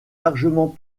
largement